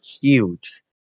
huge